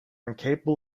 incapable